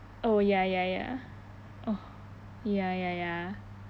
oh ya ya ya oh ya ya ya